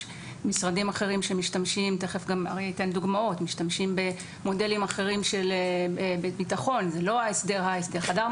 יש משרדים אחרים שמשתמשים במודלים אחרים של ביטחון --- כן,